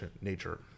nature